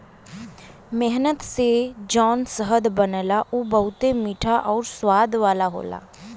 मेहनत से जौन शहद बनला उ बहुते मीठा आउर स्वाद वाला होला